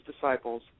disciples